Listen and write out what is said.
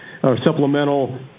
supplemental